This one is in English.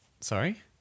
Sorry